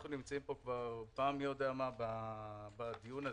אנחנו נמצאים פה בדיון הזה,